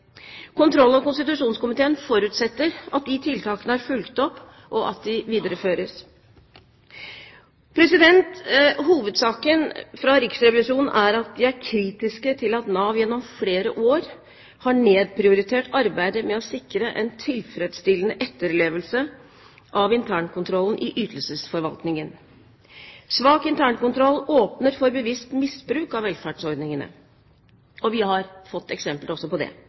Kontroll- og konstitusjonskomiteen forutsetter at de tiltakene er fulgt opp, og at de videreføres. Hovedsaken fra Riksrevisjonen er at de er kritiske til at Nav gjennom flere år har nedprioritert arbeidet med å sikre en tilfredsstillende etterlevelse av internkontrollen i ytelsesforvaltningen. Svak internkontroll åpner for bevisst misbruk av velferdsordningene, og vi har fått eksempler også på det.